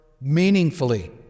meaningfully